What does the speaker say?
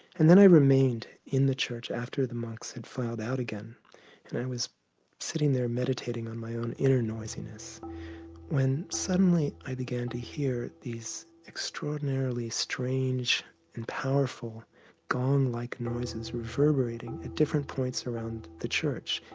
and then i remained in the church after the monks had filed out again and i was sitting there meditating on my own inner noisiness when suddenly i began to hear these extraordinarily strange and powerful gong-like reverberating at different points around the church.